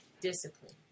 discipline